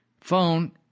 phone